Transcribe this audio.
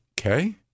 Okay